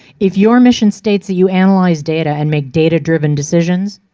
if your mission states you analyze data and make data driven decisions?